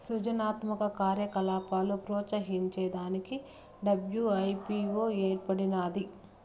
సృజనాత్మక కార్యకలాపాలు ప్రోత్సహించే దానికి డబ్ల్యూ.ఐ.పీ.వో ఏర్పడినాది